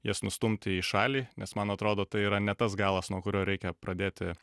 jas nustumti į šalį nes man atrodo tai yra ne tas galas nuo kurio reikia pradėti